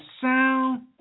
sound